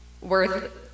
worth